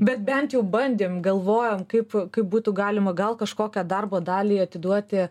bet bent jau bandėm galvojam kaip kaip būtų galima gal kažkokią darbo dalį atiduoti